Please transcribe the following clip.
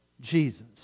Jesus